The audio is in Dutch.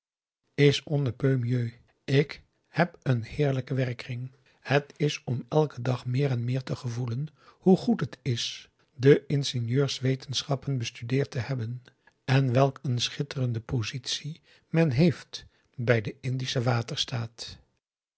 ik heb een heerlijken werkkring het is om elken dag meer en meer te gevoelen hoe goed het is de ingenieurs wetenschappen bestudeerd te hebben en welk een schitterende positie men heeft bij den indischen